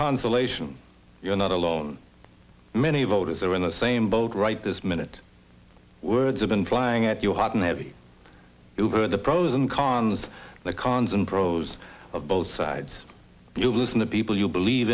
consolation you're not alone many voters are in the same boat right this minute words have been flying at your heart and heavy over the pros and cons the cons and pros of both sides you listen to people you believe